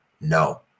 no